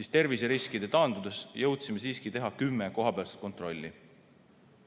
siis terviseriskide taandudes jõudsime siiski teha 10 kohapealset kontrolli,